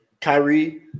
Kyrie